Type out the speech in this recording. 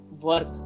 work